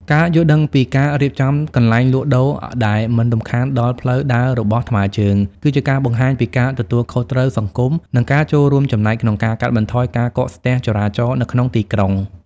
ការយល់ដឹងពីការរៀបចំកន្លែងលក់ដូរដែលមិនរំខានដល់ផ្លូវដើររបស់ថ្មើរជើង គឺជាការបង្ហាញពីការទទួលខុសត្រូវសង្គម និងការចូលរួមចំណែកក្នុងការកាត់បន្ថយការកកស្ទះចរាចរណ៍នៅក្នុងទីក្រុង។